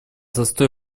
застой